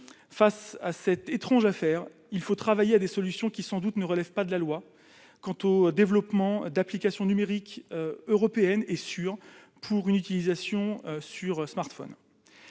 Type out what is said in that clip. Face à cette étrange affaire, il faut travailler des solutions qui, sans doute, ne relèvent pas de la loi ; je pense notamment au développement d'applications numériques européennes et sûres pour une utilisation sur smartphone.